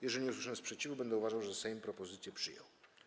Jeżeli nie usłyszę sprzeciwu, będę uważał, że Sejm propozycje przyjął.